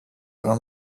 are